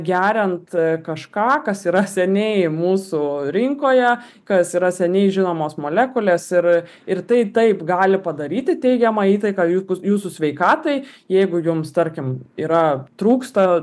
geriant kažką kas yra seniai mūsų rinkoje kas yra seniai žinomos molekulės ir ir tai taip gali padaryti teigiamą įtaką jūsų sveikatai jeigu jums tarkim yra trūksta